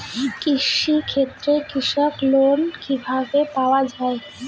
কৃষি ক্ষেত্রে কৃষি লোন কিভাবে পাওয়া য়ায়?